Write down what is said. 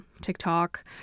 TikTok